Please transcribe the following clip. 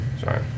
Sorry